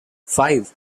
five